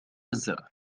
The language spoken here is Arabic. الزر